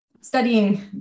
studying